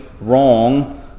wrong